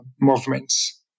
movements